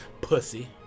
Pussy